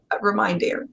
reminding